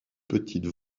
petites